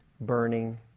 burning